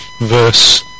Verse